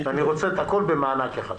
אני רוצה את הכול במענק אחד.